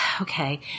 okay